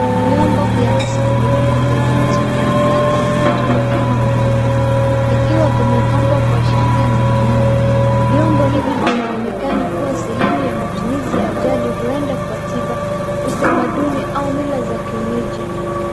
Vyombo vya asli vilivyotengenezwa kwa maganda ya matunda kama ya malenge vikiwa vimepambwa kwa shanga na vinyango. Vyombo hivi vinaonekana kuwa sehemu ya matumizi ya jadi huenda kwa tiba, utamanduni au mila za kienyeji.